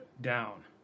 down